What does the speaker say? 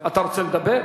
אתה רוצה לדבר?